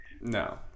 No